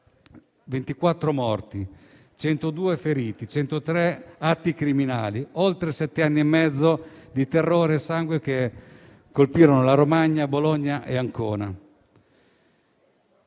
(24 morti, 102 feriti), compiendo 103 atti criminali per oltre sette anni e mezzo di terrore e sangue che colpirono la Romagna, Bologna e Ancona.